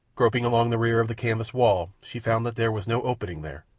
groping along the rear of the canvas wall, she found that there was no opening there.